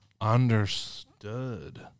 understood